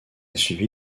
suivi